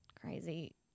crazy